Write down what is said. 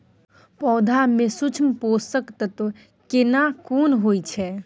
पौधा में सूक्ष्म पोषक तत्व केना कोन होय छै?